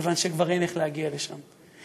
כיוון שכבר אין איך להגיע לשם.